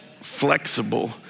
flexible